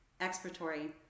expiratory